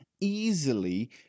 easily